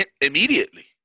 Immediately